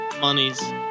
Monies